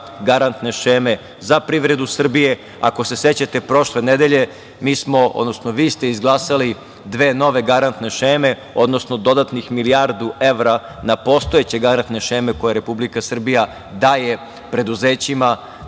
garantne šeme za privredu Srbije. Ako se sećate prošle nedelje, mi smo, odnosno vi ste izglasali dve nove garantne šeme, odnosno dodatnih milijardu evra na postojeće garantne šeme koje Republika Srbija daje preduzećima